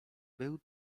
był